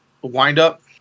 windup